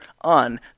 on